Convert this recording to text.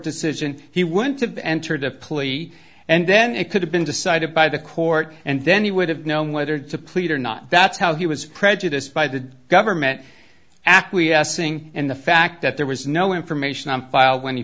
decision he would have entered a plea and then it could have been decided by the court and then he would have known whether to plead or not that's how he was prejudiced by the government acquiescing and the fact that there was no information on file when he